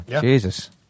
Jesus